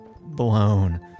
blown